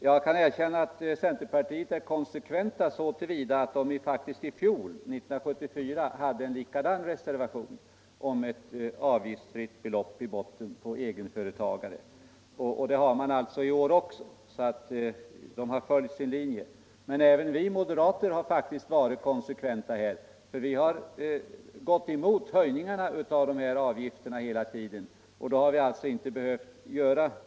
Jag kan emellertid erkänna att centerpartisterna är konsekventa så till vida som de i fjol hade en likadan reservation som i år, där de krävde ett avgiftsfritt belopp i botten för egenföretagarna. Där har alltså centerpartisterna följt sin tidigare linje. Men även vi moderater har varit konsekventa, eftersom vi hela tiden har gått emot höjningarna av dessa avgifter och alltså inte har behövt något golv i botten.